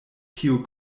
tiu